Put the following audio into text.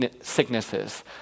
sicknesses